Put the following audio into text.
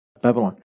Babylon